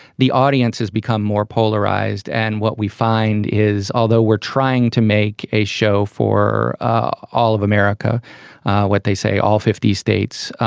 the audience has become more polarized and what we find is although we're trying to make a show for ah all of america what they say all fifty states